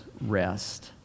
rest